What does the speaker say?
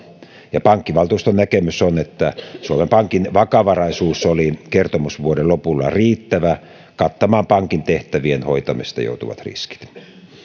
ja pankkivaltuuston näkemys on että suomen pankin vakavaraisuus oli kertomusvuoden lopulla riittävä kattamaan pankin tehtävien hoitamisesta johtuvat riskit